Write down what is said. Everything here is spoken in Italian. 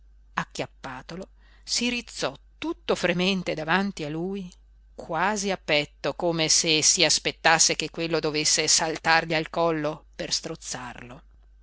cadere acchiappatolo si rizzò tutto fremente davanti a lui quasi a petto come se si aspettasse che quello dovesse saltargli al collo per strozzarlo